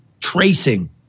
tracing –